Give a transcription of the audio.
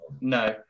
No